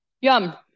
Yum